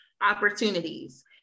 opportunities